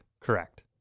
Correct